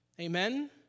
Amen